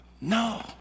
No